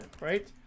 right